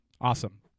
awesome